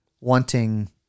wanting